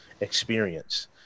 experience